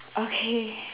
okay